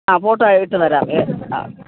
ആ ഫോട്ടോ ഇട്ട് തരാം ഏ ആ